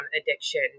addiction